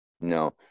No